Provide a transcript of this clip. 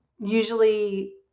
usually